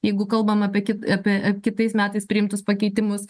jeigu kalbam apie kit apie kitais metais priimtus pakeitimus